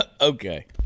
okay